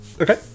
Okay